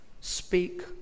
Speak